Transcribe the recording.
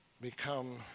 become